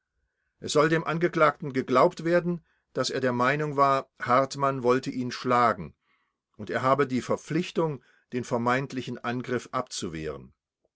es soll dem angeklagten geglaubt werden daß er der meinung war hartmann wollte ihn schlagen und er habe die verpflichtung den vermeintlichen angriff abzuwehren